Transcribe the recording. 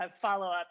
follow-up